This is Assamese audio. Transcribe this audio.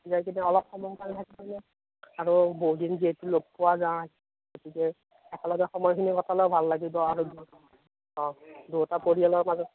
অলপ সময়ৰ কাৰণে আৰু বহুদিন যিহেতু লগ পোৱা নাই গতিকে একেলগে সময়খিনি কটালে ভাল লাগিব আৰু অ দুয়োটা পৰিয়ালৰ মাজত